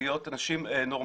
להיות אנשים נורמטיביים.